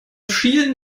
schielen